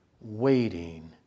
waiting